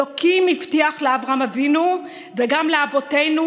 אלוקים הבטיח לאברהם אבינו וגם לאבותינו